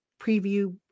preview